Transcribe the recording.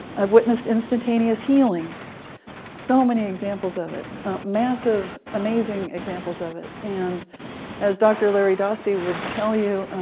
i've witnessed instantaneous healing so many examples of it massive amazing examples of it. and as dr. larry dossey would tell you,